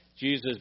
Jesus